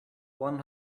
one